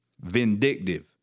vindictive